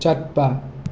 ꯆꯠꯄ